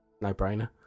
No-brainer